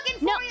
no